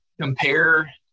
Compare